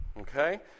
Okay